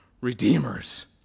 redeemers